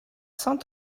cent